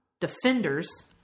Defenders